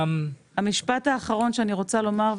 המשפט האחרון שאני רוצה לומר,